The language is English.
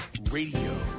Radio